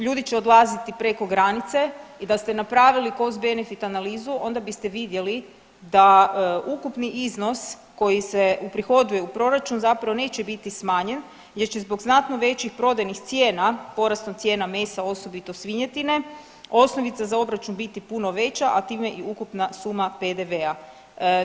Ljudi će odlaziti preko granice i da ste napravili costbenefit analizu onda biste vidjeli da ukupni iznos koji se uprihoduje u proračun zapravo neće biti smanjen jer će zbog znatno većih prodajnih cijena porastom cijena mesa, osobito svinjetine osnovica za obračun biti puno veća, a time i ukupna suma PDV-a.